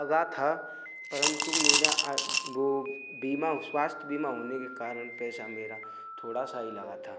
लगा था परंतु मेरा वो बीमा स्वास्थ्य बीमा होने के कारन पैसा मेरा थोड़ा सा ही लगा था